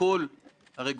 קצת לא רציני.